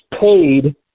paid